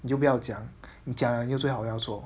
你就不要讲你讲了就最好要做